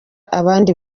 abandi